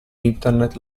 internet